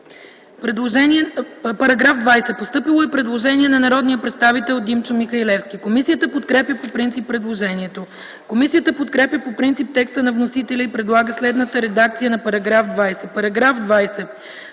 предложението. Постъпило е предложение от народния представител Димчо Михалевски. Комисията подкрепя по принцип предложението. Комисията подкрепя по принцип текста на вносителя и предлага следната редакция на § 5,